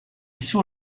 suo